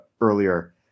earlier